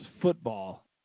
football